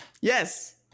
Yes